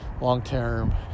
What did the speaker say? long-term